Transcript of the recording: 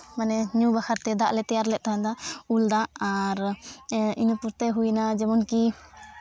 ᱢᱟᱱᱮ ᱧᱩ ᱵᱟᱠᱷᱨᱟ ᱛᱮ ᱫᱟᱜ ᱞᱮ ᱛᱮᱭᱟᱨ ᱞᱮᱫ ᱛᱟᱦᱮᱱᱟ ᱩᱞ ᱫᱟᱜ ᱤᱱᱟᱹ ᱯᱚᱨᱛᱮ ᱦᱩᱭᱱᱟ ᱡᱮᱢᱚᱱ ᱠᱤ